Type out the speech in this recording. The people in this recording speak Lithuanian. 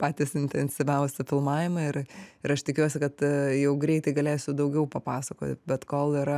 patys intensyviausi filmavimai ir ir aš tikiuosi kad jau greitai galėsiu daugiau papasakoti bet kol yra